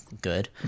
good